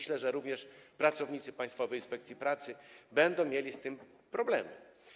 Myślę, że również pracownicy Państwowej Inspekcji Pracy będą mieli z tym problemy.